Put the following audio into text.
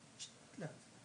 שיבוא עם נתונים גם.